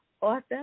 author